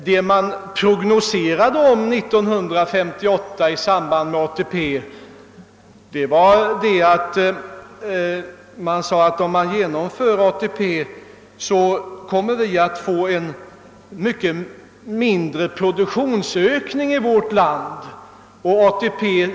Herr talman! Vad man förutspådde i samband med ATP-reformen 1958 var att vi om ATP genomfördes komme att få en mycket mindre produktionsökning i vårt land.